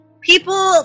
people